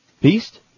Beast